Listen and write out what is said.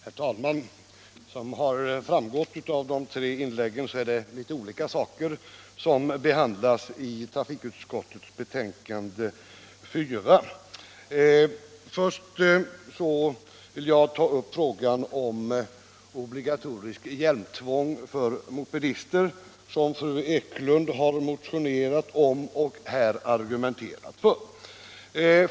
Herr talman! Såsom har framgått av de tre inläggen är det olika saker som behandlas i trafikutskottets betänkande nr4. Först vill jag ta upp frågan om obligatoriskt hjälmtvång för mopedister, vilket fru Ekelund har motionerat om och här argumenterat för.